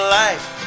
life